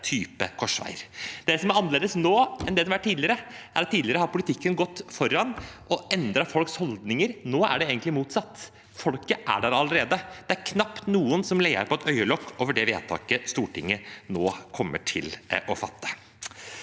typer korsveier. Det som er annerledes nå i forhold til tidligere, er at tidligere har politikken gått foran og endret folks holdninger. Nå er det egentlig motsatt. Folket er der allerede. Det er knapt noen som leer på et øyelokk over det vedtaket Stortinget nå kommer til å fatte.